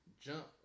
jump